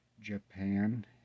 Japan